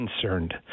concerned